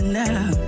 now